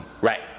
Right